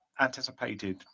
anticipated